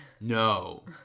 No